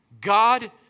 God